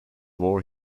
war